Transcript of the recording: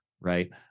right